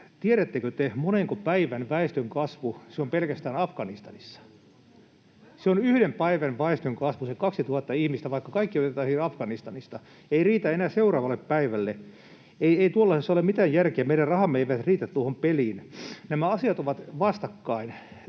tiedättekö te, monenko päivän väestönkasvu se on pelkästään Afganistanissa? Se on yhden päivän väestönkasvu, se 2 000 ihmistä, vaikka kaikki otettaisiin Afganistanista, ei riitä enää seuraavalle päivälle. Ei tuollaisessa ole mitään järkeä. Meidän rahamme eivät riitä tuohon peliin. Nämä asiat ovat vastakkain.